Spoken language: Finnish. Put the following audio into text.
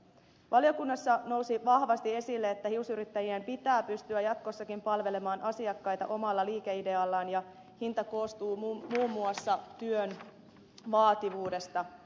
valiokunnassa nousi vahvasti esille että hiusyrittäjien pitää pystyä jatkossakin palvelemaan asiakkaita omalla liikeideallaan ja hinta koostuu muun muassa työn vaativuudesta